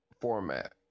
format